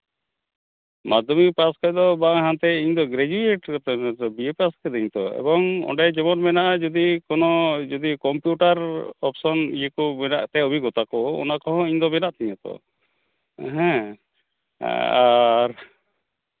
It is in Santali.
ᱢᱟᱫᱽᱫᱷᱚᱢᱤᱠ ᱯᱟᱥ ᱠᱷᱟᱱ ᱫᱚ ᱵᱟᱝ ᱦᱟᱱᱛᱮ ᱤᱧᱫᱚ ᱜᱨᱮᱡᱩᱭᱮᱴ ᱨᱮ ᱵᱤᱮ ᱯᱟᱥ ᱠᱟᱹᱫᱟᱹᱧ ᱛᱚ ᱮᱵᱚᱝ ᱚᱸᱰᱮ ᱡᱮᱢᱚᱱ ᱢᱮᱱᱟᱜᱼᱟ ᱡᱩᱫᱤ ᱠᱳᱱᱳ ᱡᱩᱫᱤ ᱠᱚᱢᱯᱤᱭᱩᱴᱟᱨ ᱚᱯᱷᱥᱚᱱ ᱤᱭᱟᱹ ᱠᱚ ᱢᱮᱱᱟᱜ ᱛᱮ ᱚᱵᱷᱤᱜᱽᱜᱚᱛᱟ ᱠᱚ ᱚᱱᱟ ᱠᱚᱦᱚᱸ ᱤᱧᱫᱚ ᱢᱮᱱᱟᱜ ᱛᱤᱧᱟᱹ ᱛᱚ ᱦᱮᱸ ᱟᱨ